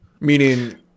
Meaning